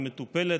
היא מטופלת,